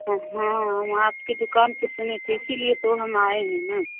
हाँ हाँ हम आपकी दुकान का सुने थे इसीलिए तो हम आए हैं ना